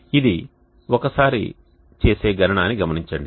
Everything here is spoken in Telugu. ఇది ఒక సారి చేసే గణన అని గమనించండి